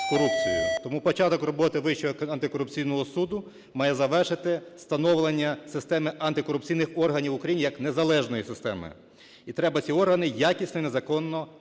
Тому початок роботи Вищого антикорупційного суду має завершити становлення системи антикорупційних органів в Україні, як незалежної системи. І треба ці органи якісно і законно, власне,